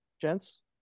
gents